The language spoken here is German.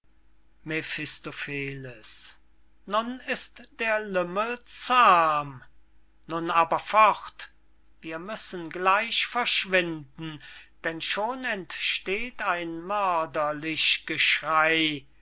nun ist der lümmel zahm nun aber fort wir müssen gleich verschwinden denn schon entsteht ein mörderlich geschrey